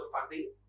funding